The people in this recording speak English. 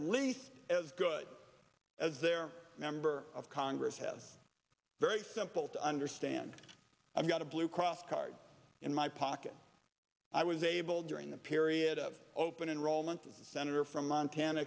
least as good as their member of congress has very simple to understand i've got a blue cross card in my pocket i was able during the period of open enrollment as a senator from montana